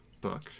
book